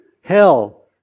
hell